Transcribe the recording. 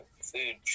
food